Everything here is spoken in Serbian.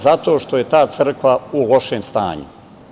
Zato što je ta crkva u lošem stanju.